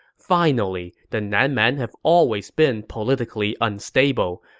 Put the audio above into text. finally, the nan man have always been politically unstable.